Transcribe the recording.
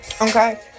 okay